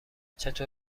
چطور